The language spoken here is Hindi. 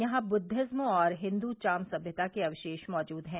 यहां बुद्विजम और हिन्द्र चाम सभ्यता के अवशेष मौजूद हैं